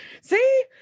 see